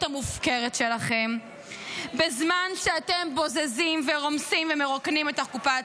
המופקרת שלכם בזמן שאתם בוזזים ורומסים ומרוקנים את הקופה הציבורית.